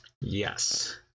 yes